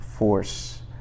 force